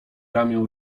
ramię